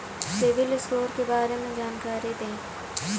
CIBIL score के बारे में जानकारी दें?